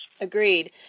Agreed